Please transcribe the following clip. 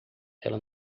ela